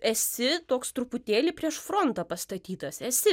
esi toks truputėlį prieš frontą pastatytas esi